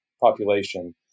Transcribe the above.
population